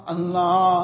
Allah